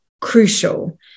crucial